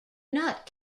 not